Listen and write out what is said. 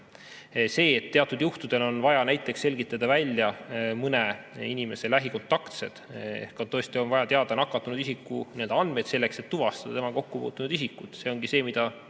See, et teatud juhtudel on vaja selgitada välja mõne inimese lähikontaktsed ehk tõesti on vaja teada nakatunud isiku andmeid selleks, et tuvastada temaga kokkupuutunud isikud, ongi see, mida